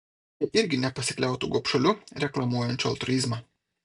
jie irgi nepasikliautų gobšuoliu reklamuojančiu altruizmą